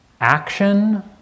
action